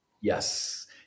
Yes